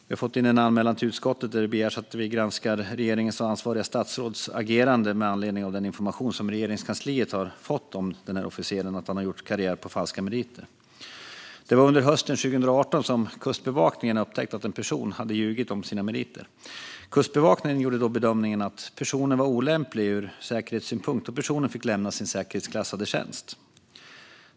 Vi har fått in en anmälan till utskottet där det begärdes att vi skulle granska regeringens och ansvariga statsråds agerande med anledning av den information som Regeringskansliet hade fått om en officer som gjort karriär på falska meriter. Det var under hösten 2018 som Kustbevakningen upptäckte att en person hade ljugit om sina meriter. Kustbevakningen gjorde då bedömningen att personen var olämplig ur säkerhetssynpunkt, och personen fick lämna sin säkerhetsklassade tjänst.